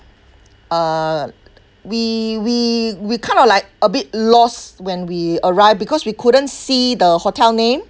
uh we we we kind of like a bit lost when we arrived because we couldn't see the hotel name